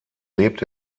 lebt